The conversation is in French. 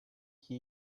qui